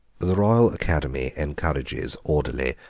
the royal academy encourages orderly,